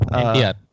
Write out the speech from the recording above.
India